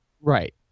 Right